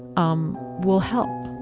um will help